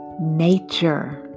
nature